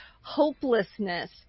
hopelessness